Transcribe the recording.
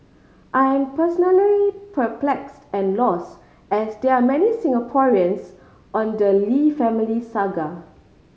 I am personally perplexed and lost as they are many Singaporeans on the Lee family saga